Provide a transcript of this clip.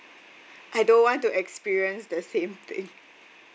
I don't want to experience the same thing